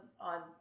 on